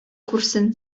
күрсен